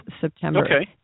September